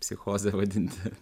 psichoze vadinti